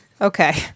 Okay